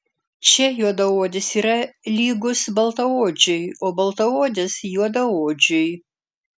čia juodaodis yra lygus baltaodžiui o baltaodis juodaodžiui